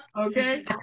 okay